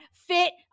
fit